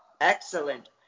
Excellent